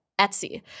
Etsy